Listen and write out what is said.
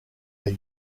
are